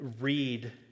read